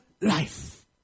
life